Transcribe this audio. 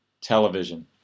Television